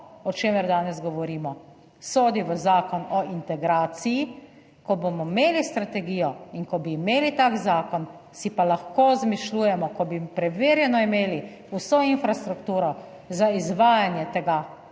o čemer danes govorimo, sodi v Zakon o integraciji. Ko bomo imeli strategijo in ko bi imeli tak zakon, si pa lahko izmišljujemo, ko bi preverjeno imeli vso infrastrukturo za izvajanje tega